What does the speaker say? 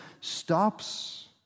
stops